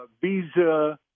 Visa